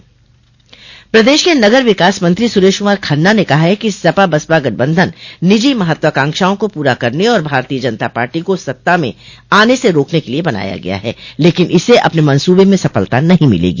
प्रदेश के नगर विकास मंत्री सुरेश कुमार खन्ना ने कहा है कि सपा बसपा गठबंधन निजी महत्वाकांक्षाओं को पूरा करने और भारतीय जनता पार्टी को सत्ता में आने से रोकने के लिये बनाया गया है लेकिन इसे अपने मंसूबे में सफलता नहीं मिलेगी